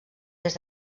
des